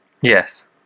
yes